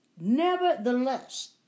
Nevertheless